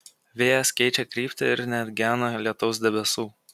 vėjas keičia kryptį ir neatgena lietaus debesų